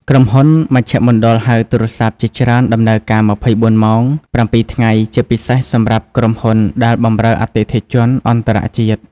ក្រុមហ៊ុនមជ្ឈមណ្ឌលហៅទូរស័ព្ទជាច្រើនដំណើរការ ២៤ ម៉ោង ៧ ថ្ងៃ ជាពិសេសសម្រាប់ក្រុមហ៊ុនដែលបម្រើអតិថិជនអន្តរជាតិ។